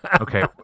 Okay